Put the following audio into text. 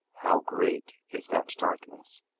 how great is that darkness!